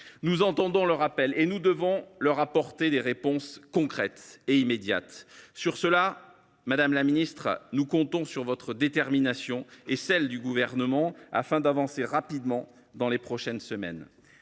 Nous entendons leur appel et devons leur apporter des réponses concrètes et immédiates. Pour cela, madame la ministre, nous comptons sur votre détermination et sur celle du Gouvernement afin d’avancer rapidement dans les prochaines semaines.